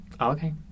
Okay